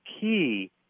key